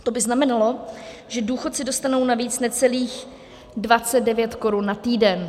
To by znamenalo, že důchodci dostanou navíc necelých 29 korun na týden.